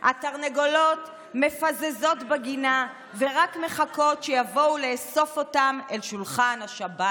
התרנגולות מפזזות בגינה ורק מחכות שיבואו לאסוף אותן אל שולחן השבת.